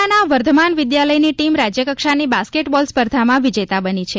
મહેસાણાના વર્ધમાન વિદ્યાલયની ટીમ રાજ્યકક્ષાની બાસ્કેટ બોલ સ્પર્ધામાં વિજેતા બની છે